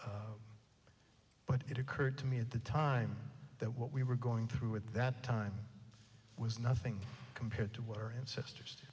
but it occurred to me at the time that what we were going through at that time was nothing compared to what our ancestors